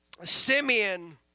Simeon